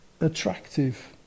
attractive